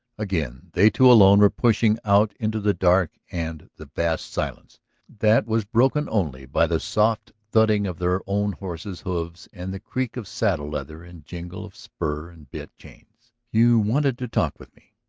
again they two alone were pushing out into the dark and the vast silence that was broken only by the soft thudding of their own horses' hoofs and the creak of saddle leather and jingle of spur and bit chains. you wanted to talk with me?